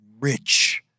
rich